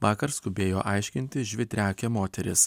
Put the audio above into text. vakar skubėjo aiškinti žvitriaakė moteris